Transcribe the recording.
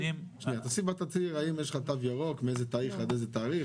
תוסיף בתצהיר האם יש לו תו ירוק, עד איזה תאריך